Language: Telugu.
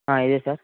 ఇదే సార్